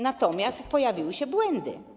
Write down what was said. Natomiast pojawiły się błędy.